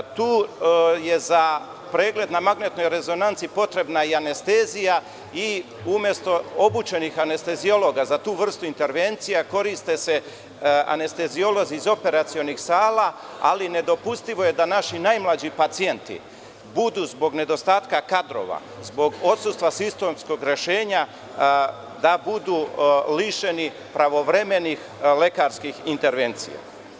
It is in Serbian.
Tu je za pregled na magnetnoj rezonanci potrebna i anestezija i umesto obučenih anesteziologa za tu vrstu intervencija koriste se anesteziolozi iz operacionih sala, ali nedopustivo je da naši najmlađi pacijenti budu zbog nedostatka kadrova, zbog odsustva sistemskog rešenja da budu lišeni pravovremenih lekarskih intervencija.